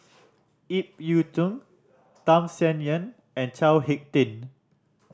Ip Yiu Tung Tham Sien Yen and Chao Hick Tin